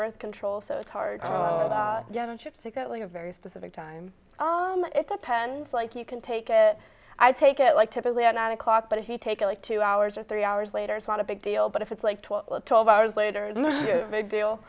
birth control so it's hard to pick only a very specific time but it depends like you can take it i take it like typically i'm not a clock but if you take it like two hours or three hours later it's not a big deal but if it's like twelve twelve hours later big deal